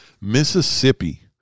Mississippi